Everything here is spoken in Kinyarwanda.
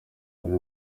uri